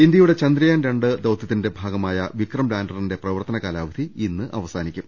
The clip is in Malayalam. ഇന്ത്യയുടെ ചന്ദ്രയാൻ രണ്ട് ദൌത്യത്തിന്റെ ബാഗമായ വിക്രം ലാൻഡറിന്റെ പ്രവർത്തന കാലാവധി ഇന്ന് അവസാനിക്കും